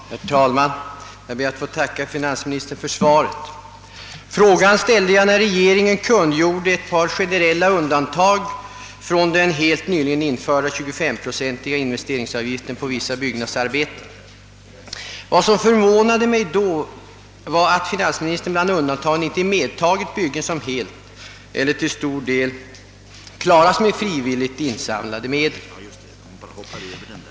Herr talman! Jag ber att få tacka finansministern för svaret. Frågan ställde jag när regeringen kungjorde ett par generella undantag från den helt nyligen införda 25-procentiga investeringsavgiften på vissa byggnadsarbeten. Vad som förvånade mig då var att finansministern bland undantagen inte medtagit byggen som helt eller till stor del bekostas med frivilligt insamlade medel.